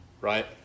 right